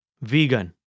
Vegan